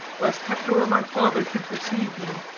lest hector or my father should perceive me,